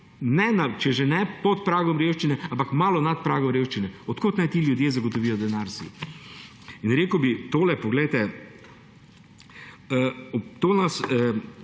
če že ne pod pragom revščine, ampak malo nad pragom revščine. Od kod naj si ti ljudje zagotovijo denar?! In rekel bi tole, na potrebo po